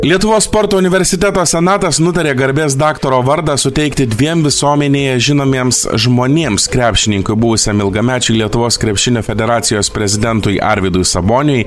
lietuvos sporto universiteto senatas nutarė garbės daktaro vardą suteikti dviem visomenėje žinomiems žmonėms krepšininkui buvusiam ilgamečiui lietuvos krepšinio federacijos prezidentui arvydui saboniui